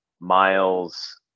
Miles